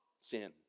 sin